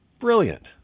Brilliant